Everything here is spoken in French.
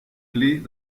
clefs